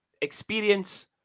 Experience